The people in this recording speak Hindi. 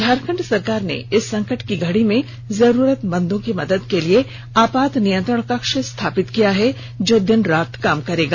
झारखंड सरकार ने इस संकट की घड़ी में जरूरतमंदों की मदद के लिए आपात नियंत्रण कक्ष स्थापित किया है जो दिन रात काम करेगा